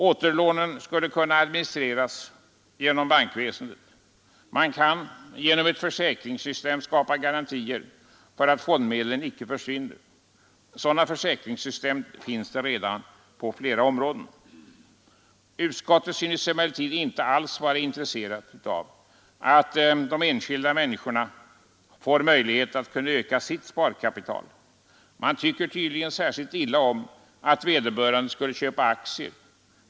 Återlånen skulle kunna administreras genom bankväsendet. Man kan genom ett försäkringssystem skapa garantier för att fondmedlen icke försvinner. Sådana försäkringssystem finns redan på andra områden. Utskottet synes emellertid icke alls vara intresserat av att de enskilda människorna får möjlighet att öka sitt sparkapital. Man tycker tydligen särskilt illa om att vederbörande skulle köpa aktier.